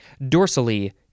dorsally